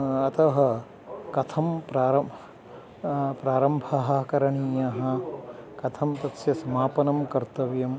अतः कथं प्रारम्भः प्रारम्भः करणीयः कथं तस्य समापनं कर्तव्यम्